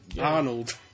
Arnold